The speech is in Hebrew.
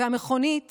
המכונית